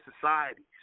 societies